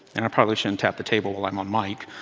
and i probably shouldn't tap the table while i'm on mic